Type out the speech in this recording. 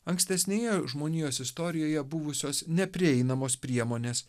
ankstesnėje žmonijos istorijoje buvusios neprieinamos priemonės